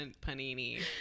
panini